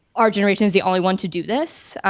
our generation is the only one to do this.